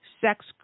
Sex